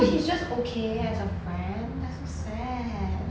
so he's okay as a friend that's so sad